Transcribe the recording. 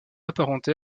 apparentée